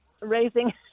raising